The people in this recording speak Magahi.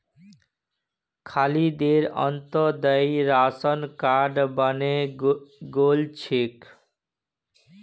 खालिदेर अंत्योदय राशन कार्ड बने गेल छेक